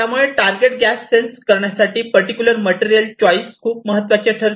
त्यामुळे target gas sense करण्यासाठी particular material choice खूप महत्त्वाचे ठरते